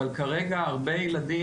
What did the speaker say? אבל כרגע הרבה ילדים,